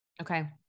Okay